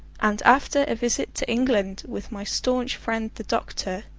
and after a visit to england with my staunch friend the doctor,